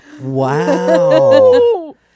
Wow